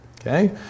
okay